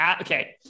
Okay